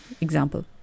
example